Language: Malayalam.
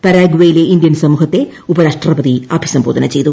പരാഗ്വയിലെ ഇന്ത്യൻ സമൂഹത്തെ ഉപരാഷ്ട്രപതി അഭിസംബോധന ചെയ്തു